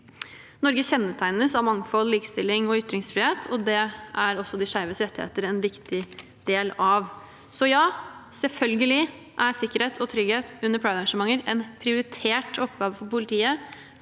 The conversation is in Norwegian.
Norge kjennetegnes av mangfold, likestilling og ytringsfrihet, og det er også de skeives rettigheter en viktig del av. Selvfølgelig er sikkerhet og trygghet under pride-arrangementer en prioritert oppgave for politiet